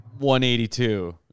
182